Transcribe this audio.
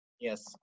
yes